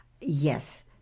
Yes